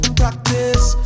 practice